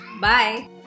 bye